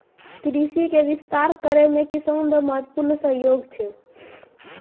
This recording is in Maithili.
कृषि के विस्तार करै मे किसान रो महत्वपूर्ण सहयोग छै